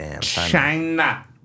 China